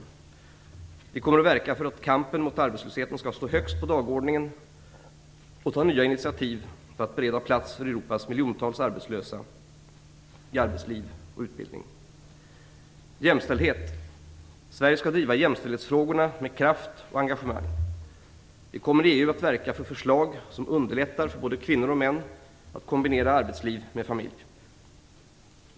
Sverige kommer att verka för att kampen mot arbetslösheten skall stå högst på dagordningen och ta nya initiativ för att bereda plats för Europas miljontals arbetslösa i arbetsliv och utbildning. - Jämställdhet: Sverige skall driva jämställdhetsfrågorna med kraft och engagemang. Vi kommer i EU att verka för förslag som underlättar för både kvinnor och män att kombinera arbetsliv med familj.